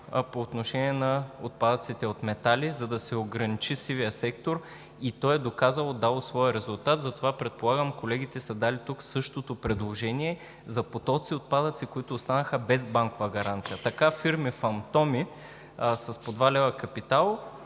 по отношение на отпадъците от метали, за да се ограничи сивият сектор, и то е доказало, дало своя резултат. Затова, предполагам, колегите са дали тук същото предложение за потоци отпадъци, които останаха без банкова гаранция. Така фирми фантоми с по 2 лв. капитал,